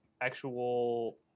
actual